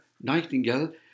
nightingale